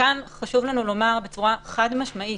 חשוב לנו לומר בצורה חד משמעית: